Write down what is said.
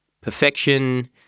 Perfection